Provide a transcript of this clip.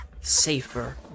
safer